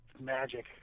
Magic